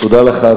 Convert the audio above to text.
תודה לך.